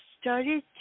started